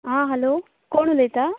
आं हलो कोण उलयता